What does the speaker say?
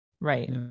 Right